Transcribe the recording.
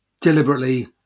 deliberately